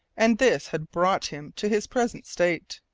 and this had brought him to his present state,